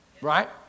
Right